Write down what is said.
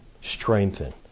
strengthen